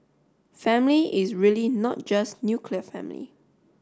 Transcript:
family is really not just nuclear family